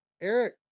eric